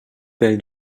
pel